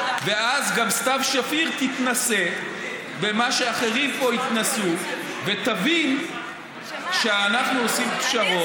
ואז גם סתיו שפיר תתנסה במה שאחרים פה התנסו ותבין שאנחנו עושים פשרות.